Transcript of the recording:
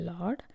Lord